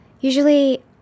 Usually